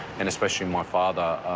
and especially my father,